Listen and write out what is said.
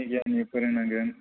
गुनि गियानि फोरोंनांगोन